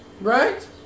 right